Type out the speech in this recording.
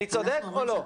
אני צודק או לא?